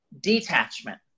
detachment